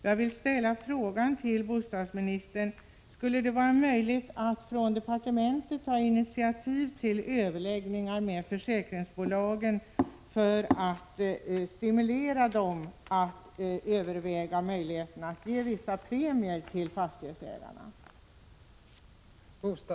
Jag vill ställa frågan till bostadsministern: Skulle det vara möjligt för departementet att ta initiativ till överläggningar med försäkringsbolagen för att stimulera dem att överväga möjligheterna att ge vissa premier till fastighetsägarna?